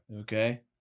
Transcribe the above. Okay